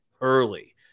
early